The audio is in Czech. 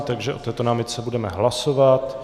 Takže o této námitce budeme hlasovat.